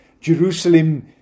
Jerusalem